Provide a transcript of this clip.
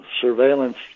Surveillance